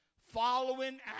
following